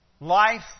life